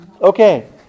Okay